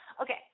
Okay